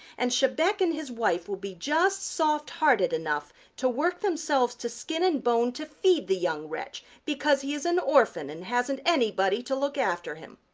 and chebec and his wife will be just soft-hearted enough to work themselves to skin and bone to feed the young wretch because he is an orphan and hasn't anybody to look after him.